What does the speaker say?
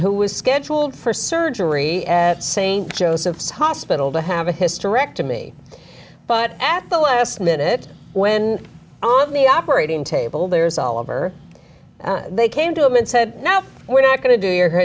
who was scheduled for surgery at st joseph's hospital to have a hysterectomy but at the last minute when on the operating table there's all over they came to him and said no we're not going to do your